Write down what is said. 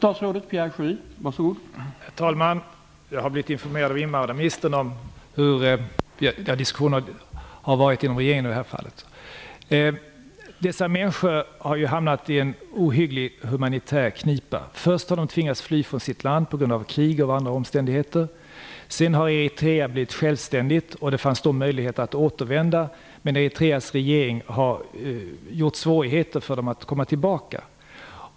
Herr talman! Jag har blivit informerad av invandrarministern om hur diskussionen har gått inom regeringen i det här fallet. De människor vi här talar om har hamnat i en ohygglig, humanitär knipa. Först har de tvingats fly från sitt land på grund av krig eller andra omständigheter. Sedan dess har Eritrea blivit självständigt. Det fanns då möjligheter att återvända, men Eritreas regering har gjort det svårt för dessa människor att komma tillbaka.